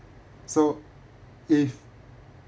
so if